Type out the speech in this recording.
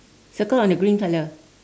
circle on the green colour